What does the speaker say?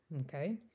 okay